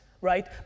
right